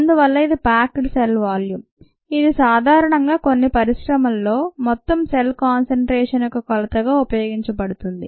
అందువల్ల ఇది packed cell volume ఇది సాధారణంగా కొన్ని పరిశ్రమల్లో మొత్తం సెల్ కాన్సెన్ట్రేషన్ యొక్క కొలతగా ఉపయోగించబడుతుంది